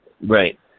Right